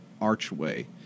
archway